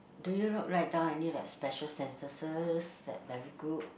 do you not write down any like special sentences that very good